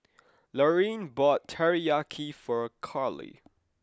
Lorine bought Teriyaki for Karlee